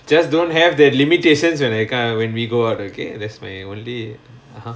just don't have the limitations when I come when we go out okay that's my only